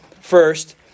First